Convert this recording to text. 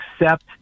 accept